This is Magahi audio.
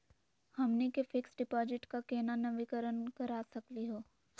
हमनी के फिक्स डिपॉजिट क केना नवीनीकरण करा सकली हो?